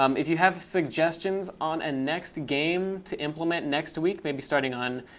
um if you have suggestions on a next game to implement next week, maybe starting on